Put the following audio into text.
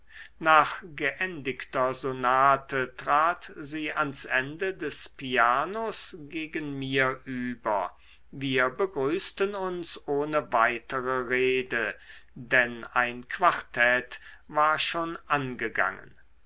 nach geendigter sonate trat sie ans ende des pianos gegen mir über wir begrüßten uns ohne weitere rede denn ein quartett war schon angegangen